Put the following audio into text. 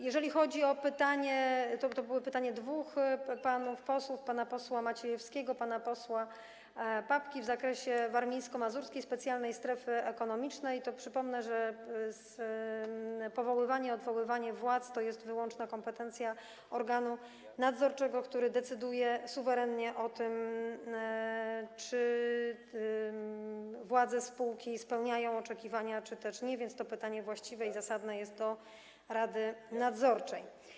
Jeżeli chodzi o pytanie dwóch panów posłów, pana posła Maciejewskiego i pana posła Papkego, w zakresie Warmińsko-Mazurskiej Specjalnej Strefy Ekonomicznej, to przypomnę, że powoływanie i odwoływanie władz to jest wyłączna kompetencja organu nadzorczego, który decyduje suwerennie o tym, czy władze spółki spełniają oczekiwania, czy też nie, więc to pytanie, właściwe i zasadne, jest do rady nadzorczej.